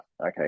okay